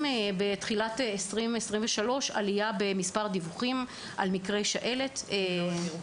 בתחילת 2023 יש עלייה במספר הדיווחים על מקרי שעלת.